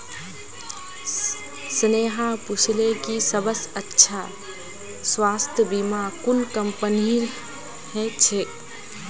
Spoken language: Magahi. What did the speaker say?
स्नेहा पूछले कि सबस अच्छा स्वास्थ्य बीमा कुन कंपनीर ह छेक